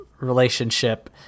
relationship